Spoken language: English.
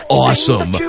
awesome